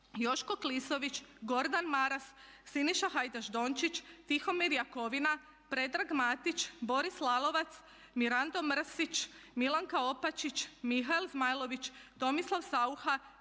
Joško Klisović, Gordan Maras, Siniša Hajdaš-Dončić, Tihomir Jakovina, Predrag Matić, Boris Lalovac, Mirando Mrsić, Milanka Opačić, Mihael Zmajlović, Tomislav Saucha,